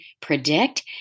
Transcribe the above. predict